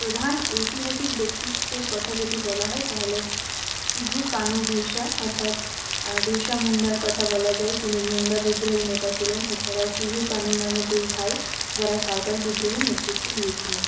প্রধান ঐতিহাসিক ব্যক্তিত্বের কথা যদি বলা হয় তাহলে সিধু কানু বিরসা অর্থাৎ বিরসা মুন্ডার কথা বলা যায় যিনি মুন্ডা বিদ্রোহের নেতা ছিলেন এছাড়াও সিধু কানু নামে দুই ভাই যাঁরা সাঁওতাল বিদ্রোহের নেতৃত্ব দিয়েছিলেন